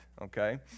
okay